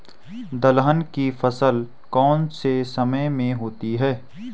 दलहन की फसल कौन से समय में होती है?